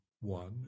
one